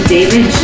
David